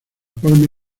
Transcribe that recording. palma